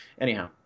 anyhow